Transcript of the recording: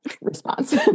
response